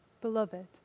Beloved